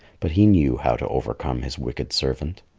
but he knew how to overcome his wicked servant.